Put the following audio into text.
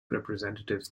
representatives